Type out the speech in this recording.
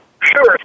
Sure